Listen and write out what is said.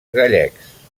gallecs